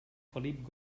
felip